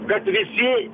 kad visi